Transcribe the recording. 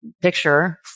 picture